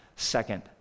second